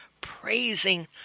praising